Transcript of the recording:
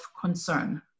concern